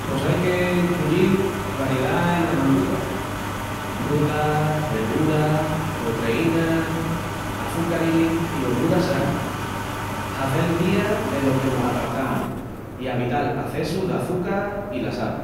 Pos aí qu'encruyil variedá ena manduca: frutas, verduras, potreínas, açúcaris i gorduras sanas, hazel vía delo que mos apartamos i avital acessus d'açuca i la sal.